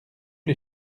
les